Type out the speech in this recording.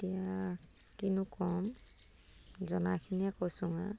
এতিয়া কিনো কম জনাখিনিয়ে কৈছো আ